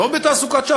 לא בתעסוקת שווא,